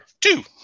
Two